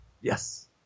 Yes